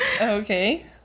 Okay